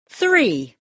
Three